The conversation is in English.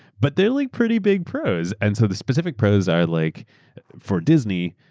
but they're really pretty big pros. and so the specific pros are like for disney,